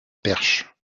perche